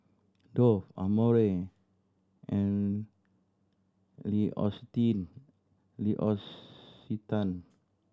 Dove Amore and Lee L'Occitane